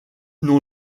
non